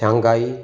Shanghai